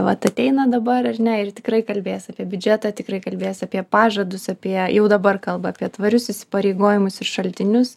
vat ateina dabar ar ne ir tikrai kalbės apie biudžetą tikrai kalbės apie pažadus apie jau dabar kalba apie tvarius įsipareigojimus ir šaltinius